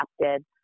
adapted